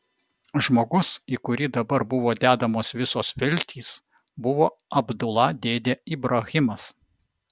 žmogus į kurį dabar buvo dedamos visos viltys buvo abdula dėdė ibrahimas